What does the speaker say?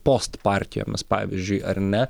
postpartijomis pavyzdžiui ar ne